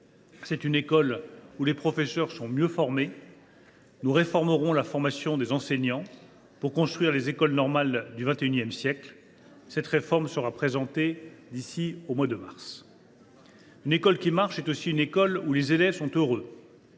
est une école où les professeurs sont mieux formés. Nous réformerons la formation des enseignants, pour construire les écoles normales du XXI siècle. Cette réforme sera présentée d’ici au mois de mars. » Oui, mais par qui ?« Une école qui fonctionne est aussi une école où les élèves sont heureux.